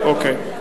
אוקיי.